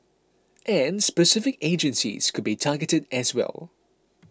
and specific agencies could be targeted as well